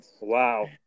Wow